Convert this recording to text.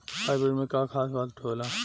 Hybrid में का खास बात होला?